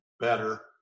better